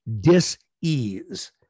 dis-ease